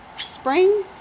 spring